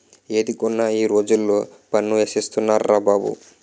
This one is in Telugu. ఏది కొన్నా ఈ రోజుల్లో పన్ను ఏసేస్తున్నార్రా బాబు